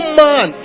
man